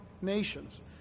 nations